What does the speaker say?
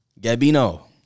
Gabino